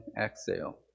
exhale